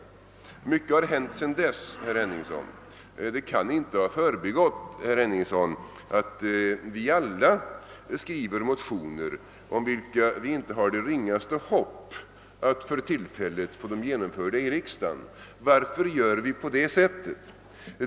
Mycket har hänt sedan riksdagsordningen skrevs, herr Henningsson. Det kan inte ha förbigått herr Henningsson att vi alla skriver motioner som innehåller förslag vilka vi inte har det ringaste hopp om att just då få genomförda i riksdagen. Varför gör vi på det sättet?